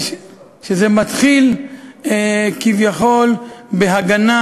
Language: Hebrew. זה מתחיל כביכול בהגנה,